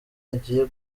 igiye